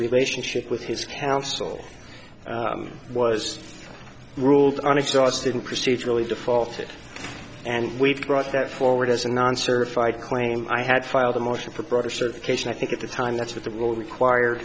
relationship with his counsel was ruled on exhausted and procedurally defaulted and we've brought that forward as a non certified claim i had filed a motion for broader certification i think at the time that's what the rule require